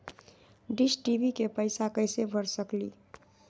Dish TV के पैईसा कईसे भर सकली?